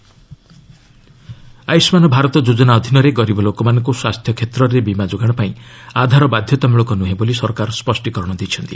ଆୟୁଷ୍ମାନ୍ ଆଧାର ଆୟୁଷ୍ଠାନ୍ ଭାରତ ଯୋଜନା ଅଧୀନରେ ଗରିବ ଲୋକମାନଙ୍କ ସ୍ୱାସ୍ଥ୍ୟ କ୍ଷେତ୍ରରେ ବୀମା ଯୋଗାଣ ପାଇଁ ଆଧାର ବାଧ୍ୟତାମଳକ ନ୍ରହେଁ ବୋଲି ସରକାର ସ୍ୱଷ୍ଟିକରଣ ଦେଇଛନ୍ତି